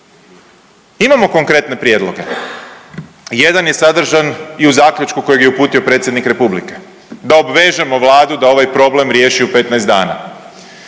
Imamo konkretne prijedloge, jedan je sadržan i u zaključku kojeg je uputio predsjednik republike, da obvežemo Vladu da ovaj problem riješi u 15 dana,